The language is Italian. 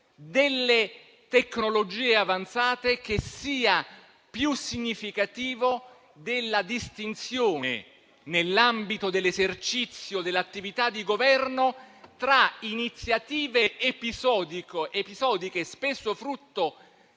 delle tecnologie avanzate, più significativo e più rappresentativo della distinzione, nell'ambito dell'esercizio dell'attività di governo, tra iniziative episodiche, spesso frutto